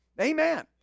Amen